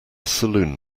saloon